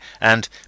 and